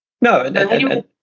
No